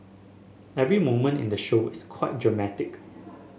every moment in the show is quite dramatic